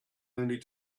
only